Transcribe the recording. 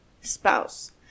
spouse